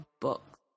book